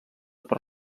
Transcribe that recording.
per